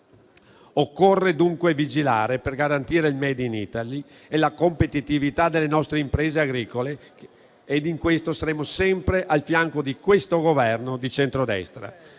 Occorre dunque vigilare per garantire il *made in Italy* e la competitività delle nostre imprese agricole; a tal fine saremo sempre al fianco di questo Governo di centrodestra.